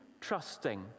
trusting